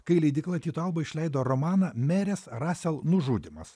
kai leidykla tyto alba išleido romaną merės rasel nužudymas